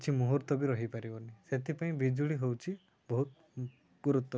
କିଛି ମୁହୂର୍ତ୍ତ ବି ରହିପାରିବନି ସେଥିପାଇଁ ବିଜୁଳି ହେଉଛି ବହୁତ ଗୁରୁତ୍ୱପୂର୍ଣ୍ଣ